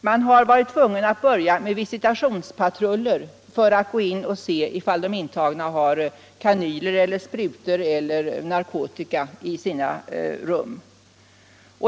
Man har nu varit tvungen att börja med visitationspatruller, som går in på rummen och ser efter om de intagna har kanyler, sprutor eller narkotika i sina rum.